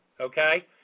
Okay